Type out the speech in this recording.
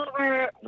over